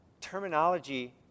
terminology